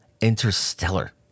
interstellar